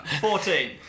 Fourteen